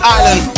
Island